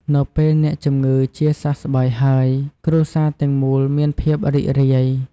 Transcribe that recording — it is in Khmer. នៅពេលអ្នកជំងឺជាសះស្បើយហើយ គ្រួសារទាំងមូលមានភាពរីករាយ។